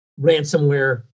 ransomware